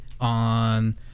on